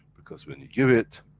because, when you give it,